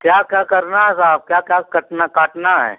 क्या क्या करना है साहब क्या क्या कटना काटना है